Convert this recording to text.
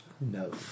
No